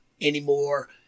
anymore